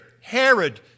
Herod